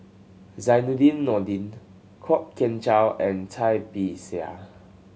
Zainudin Nordin Kwok Kian Chow and Cai Bixia